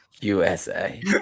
USA